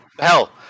Hell